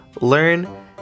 learn